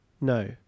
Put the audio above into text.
no